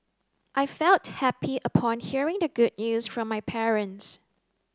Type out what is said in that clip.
I felt happy upon hearing the good news from my parents